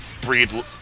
breed